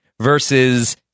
versus